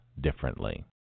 differently